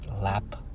lap